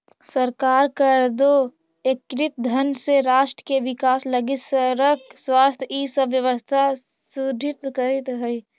सरकार कर दो एकत्रित धन से राष्ट्र के विकास लगी सड़क स्वास्थ्य इ सब व्यवस्था सुदृढ़ करीइत हई